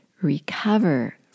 recover